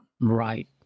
Right